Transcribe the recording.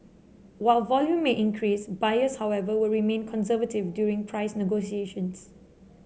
while volume may increase buyers however will remain conservative during price negotiations